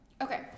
Okay